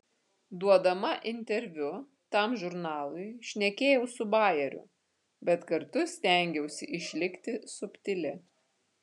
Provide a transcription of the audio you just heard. duodama interviu tam žurnalui šnekėjau su bajeriu bet kartu stengiausi išlikti subtili